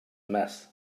mess